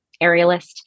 aerialist